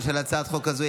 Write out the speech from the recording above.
להלן תוצאות ההצבעה: